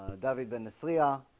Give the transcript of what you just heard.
david bendeth lea ah